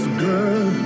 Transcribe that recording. girl